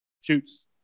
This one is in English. Shoots